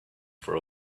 for